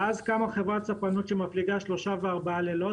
ואז קמה חברת ספנות שמפליגה שלושה וארבעה לילות,